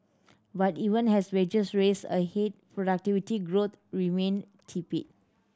but even as wages raced ahead productivity growth remained tepid